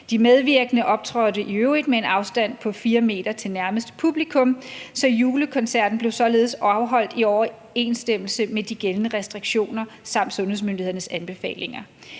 De medvirkende optrådte i øvrigt med en afstand på 4 meter til nærmeste publikum. Julekoncerten blev således afholdt i overensstemmelse med de gældende restriktioner samt sundhedsmyndighedernes anbefalinger.